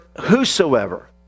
whosoever